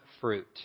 fruit